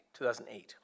2008